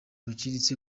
baciriritse